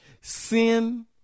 Sin